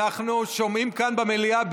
אנחנו שומעים כאן במליאה,